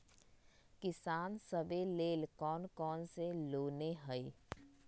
किसान सवे लेल कौन कौन से लोने हई?